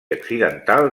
accidental